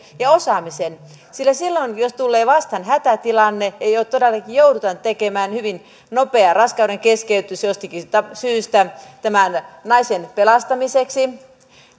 ja osaamisen sillä silloin jos tulee vastaan hätätilanne ja todellakin joudutaan tekemään hyvin nopea raskaudenkeskeytys jostakin syystä naisen pelastamiseksi